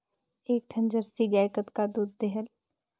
एक ठन जरसी गाय कतका दूध देहेल?